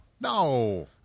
No